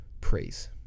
praise